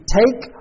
take